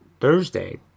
Thursday